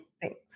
Thanks